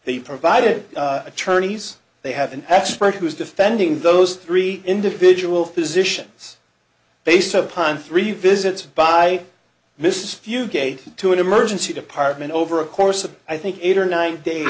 they provided attorneys they have an expert who is defending those three individual physicians based upon three visits by mrs few gate to an emergency department over a course of i think eight or nine days